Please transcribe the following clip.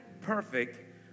perfect